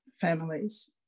families